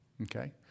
Okay